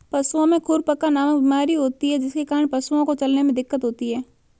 पशुओं में खुरपका नामक बीमारी होती है जिसके कारण पशुओं को चलने में दिक्कत होती है